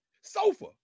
Sofa